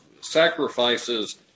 sacrifices